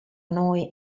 noi